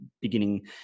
beginning